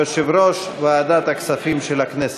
יושב-ראש ועדת הכספים של הכנסת.